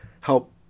help